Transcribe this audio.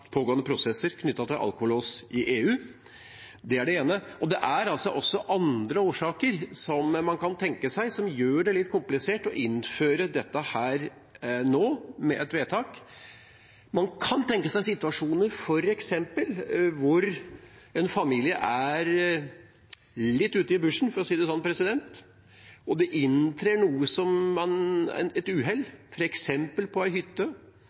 pågående prosesser knyttet til alkolås i EU. Det er det ene. Det er også andre årsaker til at det er litt komplisert å innføre dette nå, med et vedtak. Man kan tenke seg situasjoner hvor f.eks. en familie er litt ute i bushen, for å si det sånn, og det inntrer noe, et uhell f.eks., på en hytte. Hvordan skal man da klare å få brakt f.eks. et